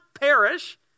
perish